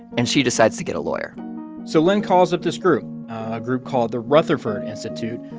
and she decides to get a lawyer so lyn calls up this group, a group called the rutherford institute,